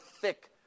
thick